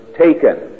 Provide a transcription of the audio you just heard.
taken